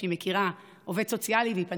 עובד סוציאלי שהיא מכירה,